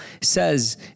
says